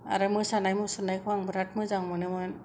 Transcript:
आरो मोसानाय मुसुरनायखौ आं बेराद मोजां मोनोमोन